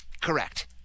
Correct